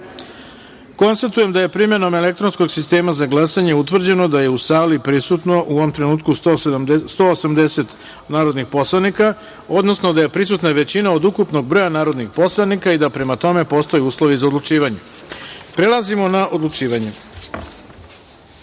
glasanje. Konstatujem da je primenom elektronskog sistema za glasanje utvrđeno da je u sali prisutno u ovom trenutku 180 narodnih poslanika, odnosno je prisutna većina od ukupnog broja narodnih poslanika i da prema tome postoje uslovi za odlučivanje. Prelazimo na odlučivanje. Stavljam